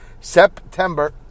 September